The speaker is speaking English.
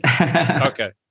Okay